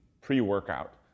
pre-workout